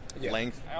length